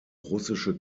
russische